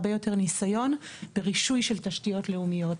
הרבה יותר ניסיון ברישוי של תשתיות לאומיות,